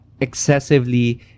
excessively